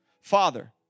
Father